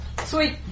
Sweet